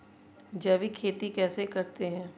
जैविक खेती कैसे करते हैं?